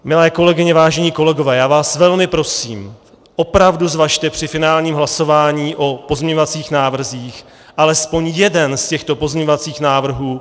Milé kolegyně, vážení kolegové, já vás velmi prosím, opravdu zvažte při finálním hlasování o pozměňovacích návrzích podporu alespoň jednoho z těchto pozměňovacích návrhů.